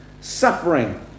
suffering